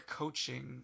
coaching